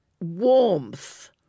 warmth